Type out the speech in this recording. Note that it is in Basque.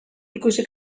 ikusi